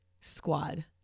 squad